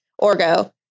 Orgo